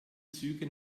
züge